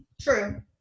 True